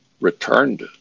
returned